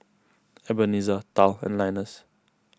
Ebenezer Tal and Linus